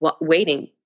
waiting